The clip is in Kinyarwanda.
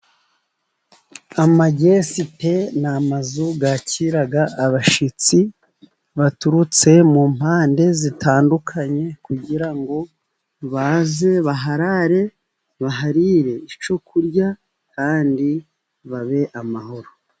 Gesite ni amazu yakira abashyitsi baturutse mu mpande zitandukanye, kugira ngo baze baharare, baharire icyo kurya, kandi babe amahoro.